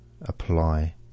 Apply